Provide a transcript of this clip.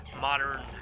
modern